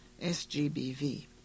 SGBV